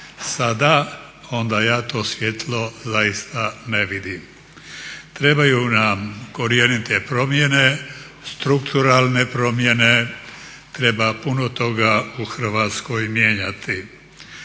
sada onda ja to svjetlo zaista ne vidim. Trebaju nam korjenite promjene, strukturalne promjene, treba puno toga u Hrvatskoj mijenjati.